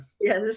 Yes